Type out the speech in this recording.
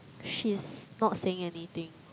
she's not saying anything